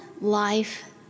life